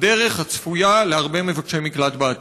הדרך הצפויה להרבה מבקשי מקלט בעתיד.